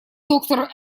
доктор